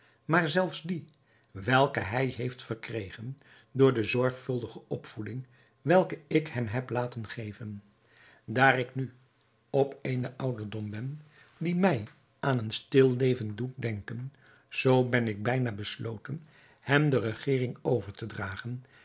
maar zelfs die welke hij heeft verkregen door de zorgvuldige opvoeding welke ik hem heb laten geven daar ik nu op eenen ouderdom ben die mij aan een stil leven doet denken zoo ben ik bijna besloten hem de regering over te dragen